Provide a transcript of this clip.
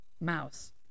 mouse